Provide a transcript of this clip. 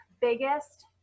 biggest